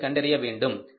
என்பதை கண்டறிய வேண்டும்